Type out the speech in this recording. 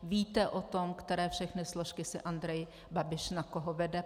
Víte o tom, které všechny složky si Andrej Babiš na koho vede?